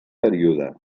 període